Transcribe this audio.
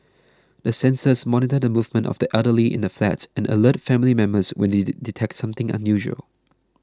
the sensors monitor the movements of the elderly in the flats and alert family members when they detect something unusual